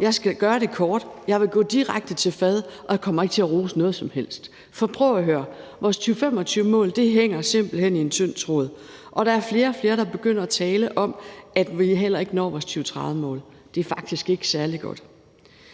jeg skal gøre det kort, og jeg vil gå direkte til fadet. Jeg kommer ikke til at rose noget som helst, for prøv at høre: Vores 2025-mål hænger simpelt hen i en tynd tråd, og der er flere og flere, der begynder at tale om, at vi heller ikke når vores 2030-mål. Det er faktisk ikke særlig godt.